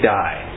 die